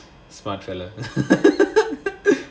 smart fellow